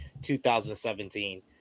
2017